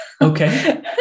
Okay